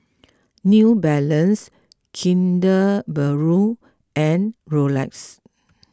New Balance Kinder Bueno and Rolex